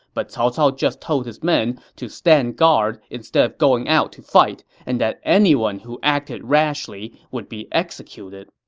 but cao cao just told his men to stand guard instead of going out to fight, and that anyone who acted rashly would be executed